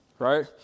Right